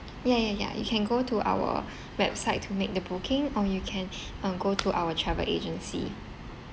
ya ya ya you can go to our website to make the booking or you can uh go to our travel agency